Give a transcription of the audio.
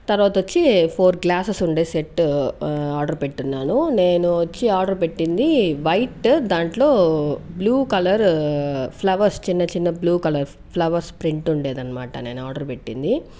తర్వాత వచ్చి four glasses ఉండే సెట్ ఆర్డర్ పెట్టున్నాను నేను వచ్చి ఆర్డర్ పెట్టింది వైట్ దాంట్లో బ్లూ కలర్ ఫ్లవర్స్ చిన్న చిన్న బ్లూ కలర్ ఫ్లవర్స్ ప్రింట్ ఉండేది అనమాట నేను ఆర్డర్ పెట్టింది